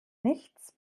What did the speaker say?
nichts